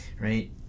right